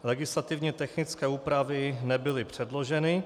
Legislativně technické úpravy nebyly předloženy.